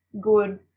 good